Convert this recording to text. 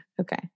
Okay